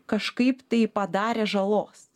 kažkaip tai padarė žalos